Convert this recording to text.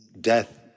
Death